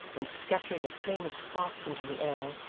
and scattering a train of sparks into the air,